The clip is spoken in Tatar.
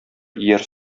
ияр